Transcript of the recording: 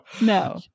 no